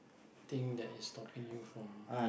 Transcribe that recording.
thing that is stopping you from